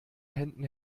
händen